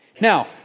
Now